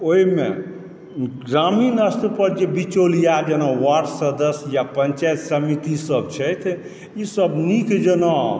ओहिमे ग्रामीण स्तर पर जे बिचौलिया जेना वार्ड सदस्य या पंचायत समितिसभ छथि ईसभ निक जेना